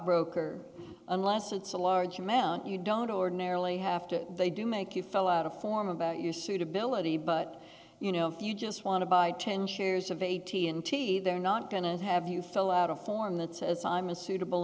broker unless it's a large amount you don't ordinarily have to they do make you fill out a form about your suitability but you know you just want to buy ten shares of a t n t they're not going to have you fill out a form that says i'm a suitable